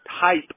type